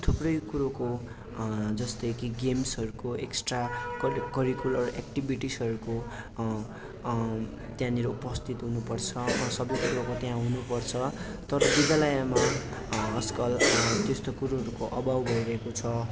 थुप्रै कुरोको जस्तै कि गेम्सहरूको एक्स्ट्रा कल् करिकुलर एक्टिभिटिजहरूको त्यहाँनिर उपस्थित हुनु पर्छ सबै कुरोको त्यहाँ हुनु पर्छ तर विद्यालयमा आजकल त्यस्तो कुरोहरूको अभाव भइरहेको छ